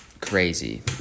crazy